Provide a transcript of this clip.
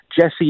Jesse